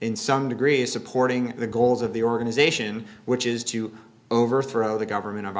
in some degree supporting the goals of the organization which is to overthrow the government of